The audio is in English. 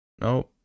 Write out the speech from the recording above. no